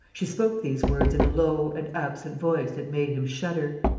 she spoke these words in a low and absent voice that made him shudder.